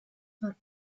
war